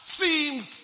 seems